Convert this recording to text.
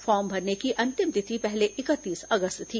farm भरने की अंतिम तिथि पहले इकतीस अगस्त थी